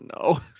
no